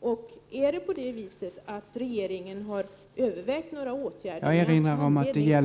Och har regeringen övervägt PEOCON några åtgärder med anledning av...